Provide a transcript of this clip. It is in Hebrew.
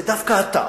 ודווקא אתה,